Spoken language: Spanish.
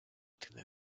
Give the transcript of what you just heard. tiene